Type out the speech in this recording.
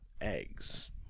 eggs